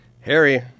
Harry